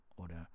Oder